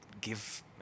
give